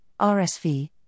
RSV